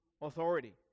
authority